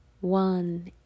one